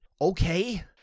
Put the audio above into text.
okay